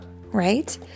right